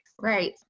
Right